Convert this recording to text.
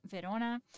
verona